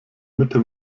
mitte